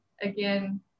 again